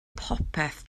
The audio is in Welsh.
popeth